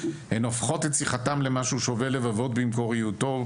הן הופכות את שיחתם למשהו שובה לבבות במקוריותו,